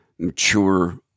Mature